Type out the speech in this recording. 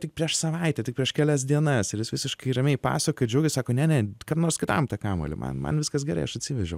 tik prieš savaitę tik prieš kelias dienas ir jis visiškai ramiai pasakoja ir džiaugias sako ne ne kam nors kitam tą kamuolį man man viskas gerai aš atsivežiau